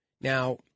Now